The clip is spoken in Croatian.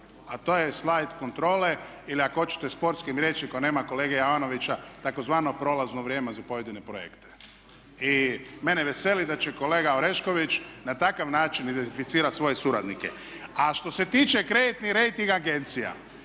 a to je slajd kontrole ili ako hoćete sportskim rječnikom nema kolege …/Govornik se ne razumije./… tzv. prolazno vrijeme za pojedine projekte. I mene veseli da će kolega Orešković na takav način identificirati svoje suradnike. A što se tiče kreditnih rejting agencija,